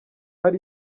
hari